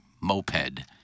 moped